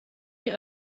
die